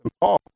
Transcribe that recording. Paul